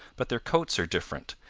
but their coats are different,